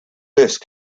list